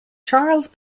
charles